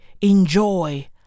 enjoy